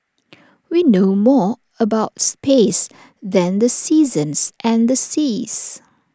we know more about space than the seasons and the seas